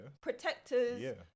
protectors